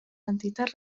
entitats